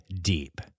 deep